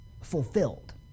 fulfilled